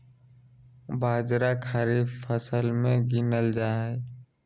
बाजरा खरीफ के फसल मे गीनल जा हइ